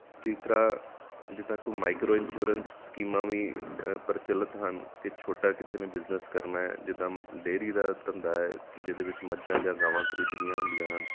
ਤੀਸਰਾ ਜਿੱਦਾਂ ਕੋਈ ਮਾਈਕ੍ਰੋ ਇੰਸ਼ੋਰੈਂਸ ਸਕੀਮਾਂ ਵੀ ਪ੍ਰਚਲਿਤ ਹਨ ਕਿ ਛੋਟਾ ਕਿਸੇ ਨੇ ਬਿਜ਼ਨਸ ਕਰਨਾ ਹੈ ਜਿੱਦਾਂ ਡੇਅਰੀ ਦਾ ਧੰਦਾ ਹੈ ਜਿਹਦੇ ਵਿੱਚ ਮੱਝਾਂ ਜਾਂ ਗਾਵਾਂ ਖਰੀਦਣੀਆਂ ਹੁੰਦੀਆਂ ਹਨ